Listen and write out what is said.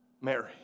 Mary